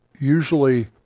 usually